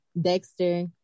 Dexter